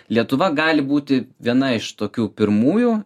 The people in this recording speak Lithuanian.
lietuva gali būti viena iš tokių pirmųjų